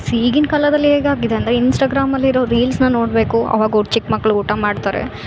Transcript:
sea ಈಗಿನ ಕಾಲದಲ್ಲಿ ಹೇಗ್ ಆಗಿದೆ ಅಂದರೆ ಇನ್ಸ್ಟಾಗ್ರಾಮಲ್ಲಿ ಇರೋ ರೀಲ್ಸ್ನ ನೋಡಬೇಕು ಅವಾಗ ಊಟ ಚಿಕ್ಕಮಕ್ಳು ಊಟ ಮಾಡ್ತರೆ